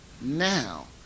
now